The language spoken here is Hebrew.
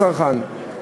לצרכן.